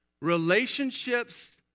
Relationships